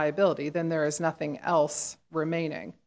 liability then there is nothing else remaining